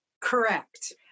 Correct